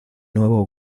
nuevo